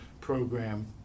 program